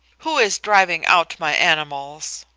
who is driving out my animals?